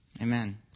Amen